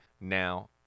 Now